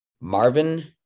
Marvin